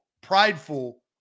prideful